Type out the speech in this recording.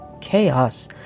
chaos